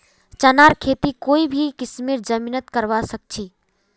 चनार खेती कोई भी किस्मेर जमीनत करवा सखछी